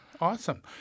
Awesome